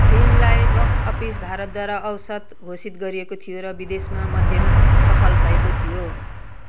फिल्मलाई box office भारतद्वारा औसत घोषित गरिएको थियो र विदेशमा मध्यम सफल भएको थियो